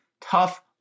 tough